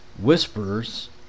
whisperers